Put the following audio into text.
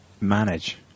manage